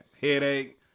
Headache